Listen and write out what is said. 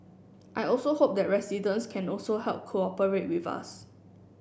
I also hope that residents can also help cooperate with us